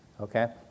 Okay